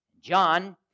John